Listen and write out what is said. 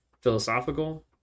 philosophical